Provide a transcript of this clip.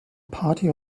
party